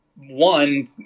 one